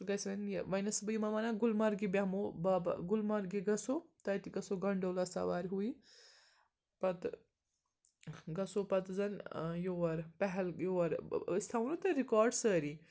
سُہ گَژھِ وۄنۍ یہِ وۄنۍ ٲسٕس بہٕ یِمَن وَنان گُلمَرگہِ بیٚہمَو بابا گُلمَرگہِ گژھو تَتہِ گژھو گَنڈولا سوارِ ہُہ یہِ پَتہٕ گَژھو پَتہٕ زَن یور پہل یور أسۍ تھاوَو نا تۄہہِ رِکاڈ سٲری